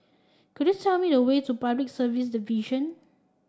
could you tell me the way to Public Service Division